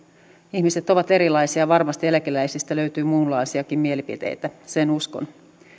ihmiset ovat erilaisia ja varmasti eläkeläisistä löytyy muunlaisiakin mielipiteitä sen uskon